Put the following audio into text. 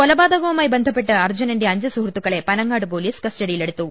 കൊലപാതകവുമായി ബന്ധപ്പെട്ട് അർജുനന്റെ അഞ്ചു സുഹൃത്തു ക്കളെ പനങ്ങാട് പൊലീസ് കസ്റ്റഡിയിലെടുത്തു